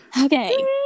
Okay